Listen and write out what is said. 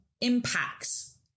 impacts